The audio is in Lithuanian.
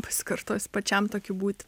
pasikartosiu pačiam tokiu būti